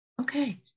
Okay